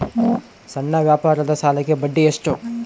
ಸಣ್ಣ ವ್ಯಾಪಾರದ ಸಾಲಕ್ಕೆ ಬಡ್ಡಿ ಎಷ್ಟು?